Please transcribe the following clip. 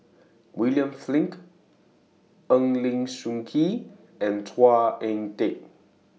William Flint Eng Lee Seok Chee and Chua Ek Kay